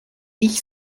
ich